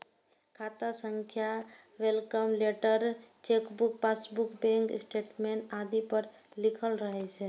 खाता संख्या welcome letter, chequebook, passbook, bank statement आदि पर लिखल रहै छै